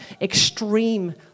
extreme